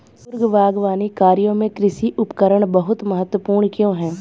पूर्व बागवानी कार्यों में कृषि उपकरण बहुत महत्वपूर्ण क्यों है?